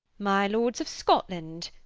my lords of scotland,